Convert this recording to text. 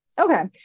Okay